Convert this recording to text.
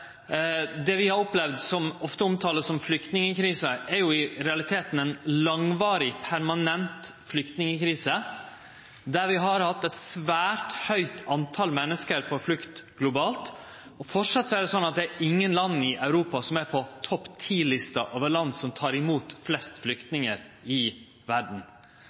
vi har opplevd, som vi ofte omtaler som ei flyktningkrise, i realiteten ei langvarig, permanent flyktningkrise, der eit svært høgt tal menneske har vore på flukt globalt. Framleis er det slik at det er ingen land i Europa som er på topp ti-lista over land som tek imot flest flyktningar i verda.